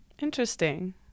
Interesting